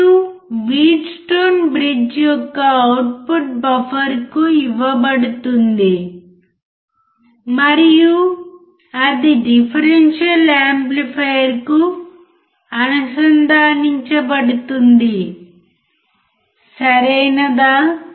మరియు Wheatstone bridge యొక్క output బఫర్కు ఇవ్వబడుతుంది మరియు అది డిఫరెన్షియల్ యాంప్లిఫైయర్కు అనుసంధానించబడుతుంది సరియైనదా